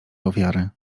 ofiary